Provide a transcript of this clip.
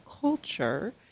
culture